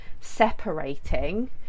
separating